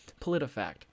PolitiFact